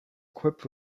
equipped